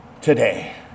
today